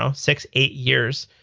um six, eight years.